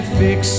fix